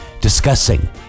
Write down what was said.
discussing